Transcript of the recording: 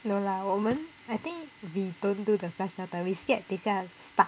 no lah 我们 I think we don't do the flush down toilet we scared 等一下 stuck